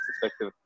perspective